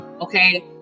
Okay